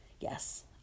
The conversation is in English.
Yes